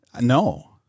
No